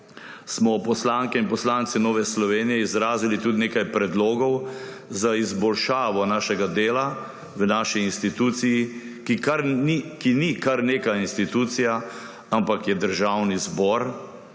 smo poslanke in poslanci Nove Slovenije izrazili tudi nekaj predlogov za izboljšavo svojega dela v naši instituciji, ki ni kar neka institucija, ampak je Državni zbor,